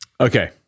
Okay